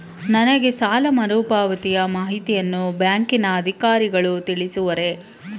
ನನಗೆ ಸಾಲ ಮರುಪಾವತಿಯ ಮಾಹಿತಿಯನ್ನು ಬ್ಯಾಂಕಿನ ಅಧಿಕಾರಿಗಳು ತಿಳಿಸುವರೇ?